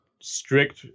strict